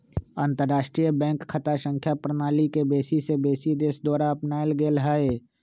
अंतरराष्ट्रीय बैंक खता संख्या प्रणाली के बेशी से बेशी देश द्वारा अपनाएल गेल हइ